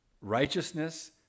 Righteousness